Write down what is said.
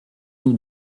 nous